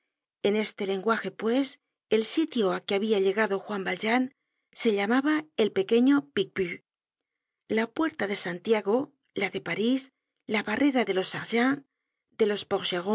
en este lenguaje pues el sitio á que habia llegado juan valjean se llamaba el pequeño picpus la puerta de santiago la de parís la barrera de los sergents de los